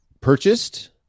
purchased